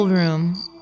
room